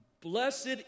Blessed